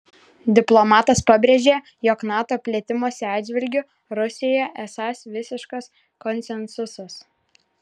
diplomatas pabrėžė jog nato plėtimosi atžvilgiu rusijoje esąs visiškas konsensusas